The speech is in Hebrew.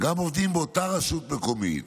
וגם עובדים באותה רשות מקומית